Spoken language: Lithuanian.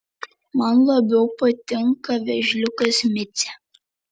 man labiau patinka vėžliukas micė